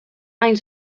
hain